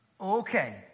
Okay